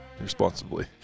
responsibly